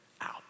out